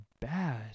bad